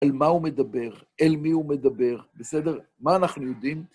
על מה הוא מדבר, אל מי הוא מדבר, בסדר? מה אנחנו יודעים?